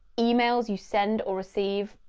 emails you send or receive,